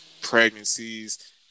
Pregnancies